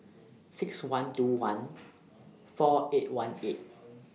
six one two one four eight one eight